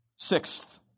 Sixth